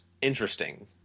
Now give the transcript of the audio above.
interesting